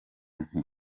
nti